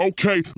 Okay